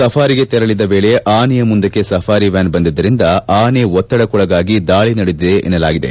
ಸಫಾರಿಗೆ ತೆರಳಿದ್ದ ವೇಳೆ ಆನೆಯ ಮುಂದಕ್ಕೆ ಸಫಾರಿ ವ್ಯಾನ್ ಬಂದಿದ್ದರಿಂದ ಆನೆ ಒತ್ತಡಕ್ಕೊಳಗಾಗಿ ದಾಳಿ ನಡೆಸಿದೆ ಎನ್ನಲಾಗಿದೆ